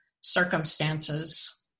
circumstances